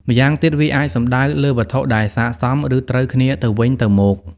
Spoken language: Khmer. ម្យ៉ាងទៀត វាអាចសំដៅលើវត្ថុដែលសក្ដិសម ឬត្រូវគ្នាទៅវិញទៅមក។